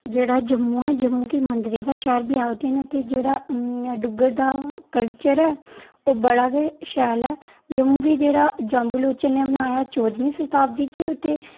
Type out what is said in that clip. जेह्ड़ा जम्मू ऐ जम्मू गी मंदरें दा शैह्र बी आखदे न ते जेह्ड़ा डुग्गर दा कल्चर ऐ ओह् बड़ा गै शैल ऐ जम्मू गी जेह्ड़ा जम्बूलोचन ने बनाया चौदवीं शताब्दी च ते